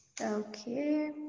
Okay